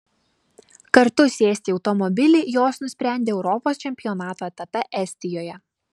kartu sėsti į automobilį jos nusprendė europos čempionato etape estijoje